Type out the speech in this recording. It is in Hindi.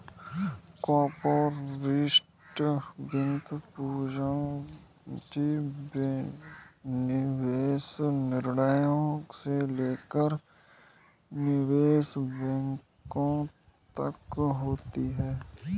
कॉर्पोरेट वित्त पूंजी निवेश निर्णयों से लेकर निवेश बैंकिंग तक होती हैं